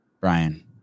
Brian